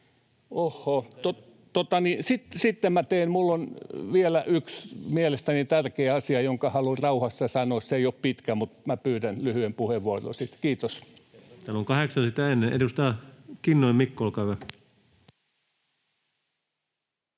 niin — minulla on vielä yksi mielestäni tärkeä asia, jonka haluan rauhassa sanoa, se ei ole pitkä — että pyydän lyhyen puheenvuoron. — Kiitos. Kyllä. Täällä on kahdeksan sitä ennen. — Edustaja Kinnunen, Mikko, olkaa hyvä.